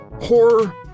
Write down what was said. horror